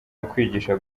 ukwigisha